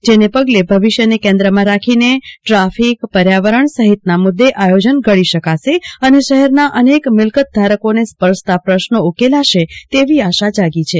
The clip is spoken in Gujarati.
જેને પગલે ભવિષ્યને કેન્દ્રમાં રાખીને ટ્રાફિકપર્યાવરણ સહિતના મુદ્દે આયોજન ઘડી શકાશે અને શહેરના અનેક મિલકત ધારકોને સ્પર્શતા પ્રશ્નો ઉકેલાશે તેવી આશા જાગી છે